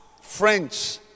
French